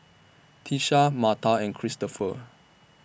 Tisha Marta and Christoper